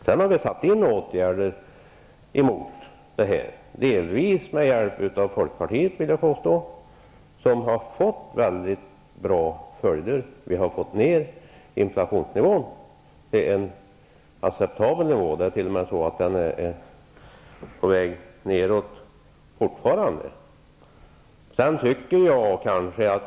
Sedan har vi satt in åtgärder, delvis med hjälp av folkpartiet, som har fått mycket bra följder. Vi har fått ned inflationsnivån till en acceptabel nivå -- den är t.o.m. fortfarande på väg nedåt.